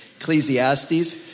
Ecclesiastes